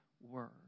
word